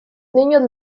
niños